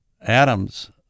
atoms